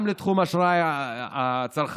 גם לתחום האשראי הצרכני,